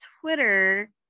Twitter